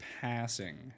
passing